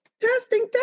Testing